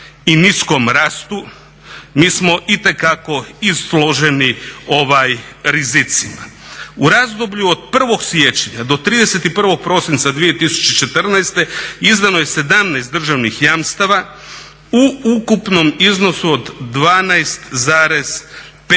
i niskom rastu mi smo itekako izloženi rizicima. U razdoblju od 1.siječnja do 31.prosinca 2014.izdano je 17 državnih jamstava u ukupnom iznosu od 12,6